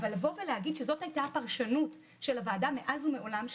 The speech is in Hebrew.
אבל להגיד שזאת הייתה הפרשנות של הוועדה מאז ומעולם,